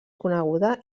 coneguda